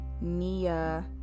Nia